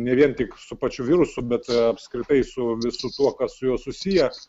ne vien tik su pačiu virusu bet apskritai su visu tuo kas su juo susiję